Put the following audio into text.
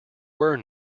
were